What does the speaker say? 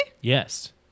Yes